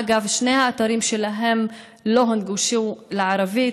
אגב, שני האתרים שלהם לא הונגשו בערבית.